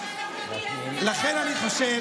עובדה, לכן אני חושב